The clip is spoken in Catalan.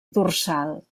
dorsal